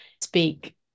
speak